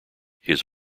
his